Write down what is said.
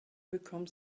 become